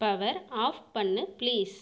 power off பண்ணு please